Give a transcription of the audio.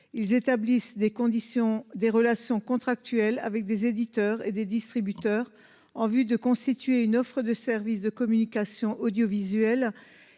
ils établissent des conditions des relations contractuelles avec des éditeurs et des distributeurs en vue de constituer une offre de services de communication audiovisuelle